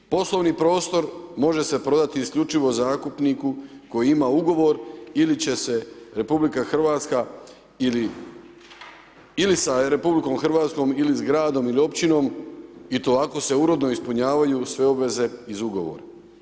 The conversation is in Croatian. Poslovni prostor, može se prodati isključivo zakupniku, koji ima ugovor ili će se RH ili sa RH ili s gradom ili općinom, i to ako se uredno ispunjavaju sve obveze iz ugovora.